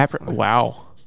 Wow